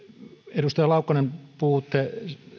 edustaja laukkanen puhutte